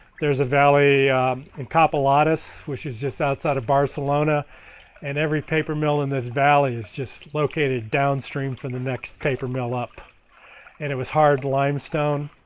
there's a valley in coppoladis, which is just outside of barcelona and every paper mill in this valley is just located downstream from the next paper mill up and it was hard limestone